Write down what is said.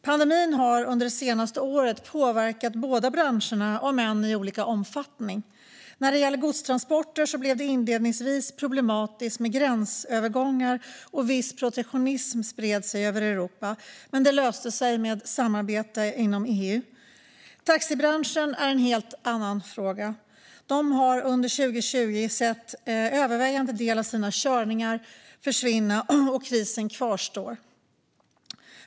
Pandemin har det senaste året påverkat båda branscherna, om än i olika omfattning. När det gäller godstransporter blev det inledningsvis problematiskt med gränsövergångar, och viss protektionism spred sig över Europa. Men det löste sig genom samarbete inom EU. Taxibranschen är en helt annan fråga. Man har under 2020 sett en övervägande del av sina körningar försvinna, och krisen kvarstår.